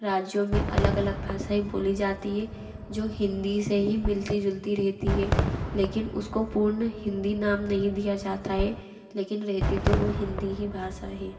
राज्यों में अलग अलग भाषाएं बोली जाती है जो हिन्दी से ही मिलती जुलती रहती है लेकिन उसको पूर्ण हिन्दी नाम नहीं दिया जाता है लेकिन रहती तो वो हिन्दी ही भाषा है